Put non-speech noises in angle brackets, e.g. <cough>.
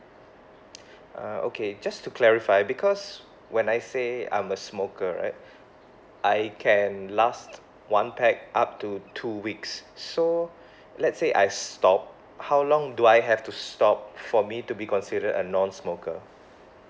uh okay just to clarify because when I say I'm a smoker right <breath> I can last one pack up to two weeks so <breath> let's say I stop how long do I have to stop for me to be considered a non-smoker